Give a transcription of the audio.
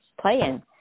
playing